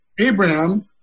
Abraham